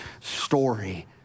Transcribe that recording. story